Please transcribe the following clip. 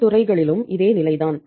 மற்ற துறைகளிலும் இதே நிலைதான்